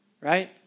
right